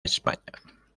españa